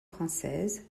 française